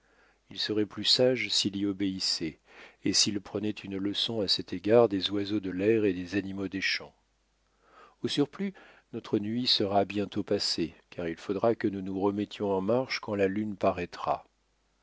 il serait plus sage s'il y obéissait et s'il prenait une leçon à cet égard des oiseaux de l'air et des animaux des champs au surplus notre nuit sera bientôt passée car il faudra que nous nous remettions en marche quand la lune paraîtra